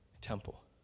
temple